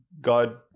God